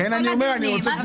לכן אני אומר שאני רוצה סיכום.